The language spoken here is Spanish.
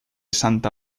santa